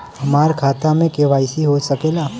हमार खाता में के.वाइ.सी हो सकेला?